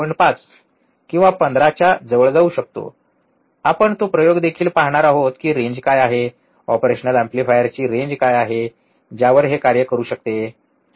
5 किंवा 15 च्या जवळ जाऊ शकतो आपण तो प्रयोग देखील पाहणार आहोत की रेंज काय आहे ऑपरेशनल एम्प्लीफायरची रेंज काय आहे ज्यावर हे कार्य करू शकते ठीक आहे